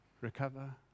recover